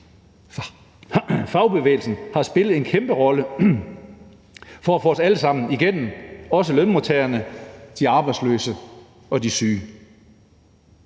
Fagbevægelsen har spillet en kæmpe rolle for at få os alle sammen igennem, også lønmodtagerne, de arbejdsløse og de syge.